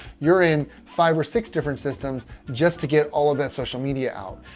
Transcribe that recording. you're in five or six different systems just to get all of that social media out.